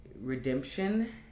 redemption